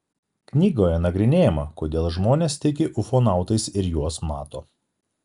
knygoje nagrinėjama kodėl žmonės tiki ufonautais ir juos mato